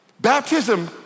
Baptism